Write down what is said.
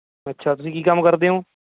ਅੱਛਾ ਤੁਸੀਂ ਕੀ ਕੰਮ ਕਰਦੇ ਹੋ